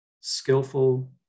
skillful